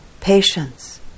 patience